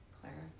Clarify